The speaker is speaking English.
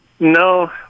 No